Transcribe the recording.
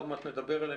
עוד מעט נדבר עליהם,